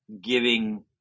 giving